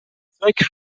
فکر